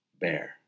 bear